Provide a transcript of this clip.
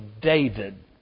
David